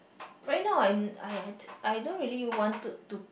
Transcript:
right now I I I don't really wanted to